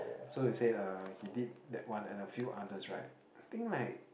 so he say uh he did that one and a few others right I think like